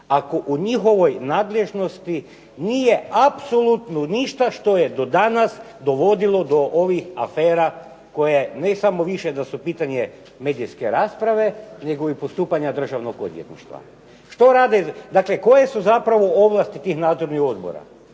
ako u njihovoj nadležnosti nije apsolutno ništa što je do danas dovodilo do ovih afera koje ne samo više da su pitanje medijske rasprave nego i postupanja Državnog odvjetništva. Dakle, koje su zapravo ovlasti tih nadzornih odbora?